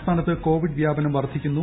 സംസ്ഥാനത്ത് കോവിഡ് വൃഷ്ട്രന്ം വർദ്ധിക്കുന്നു